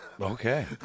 Okay